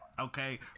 Okay